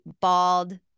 bald